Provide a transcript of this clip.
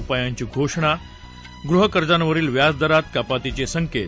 उपायांची घोषणा गृह कर्जांवरील व्याज दरांत कपातीचे संकेत